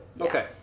okay